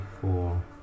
four